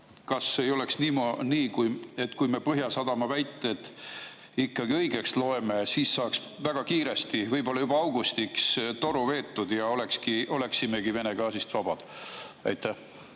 ja kas ei ole nii, et kui me Põhjasadama väited ikkagi õigeks loeme, siis saaks väga kiiresti, võib-olla juba augustiks toru veetud ja oleksimegi Vene gaasist vabad? Hea